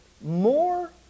more